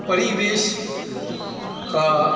परिवेश का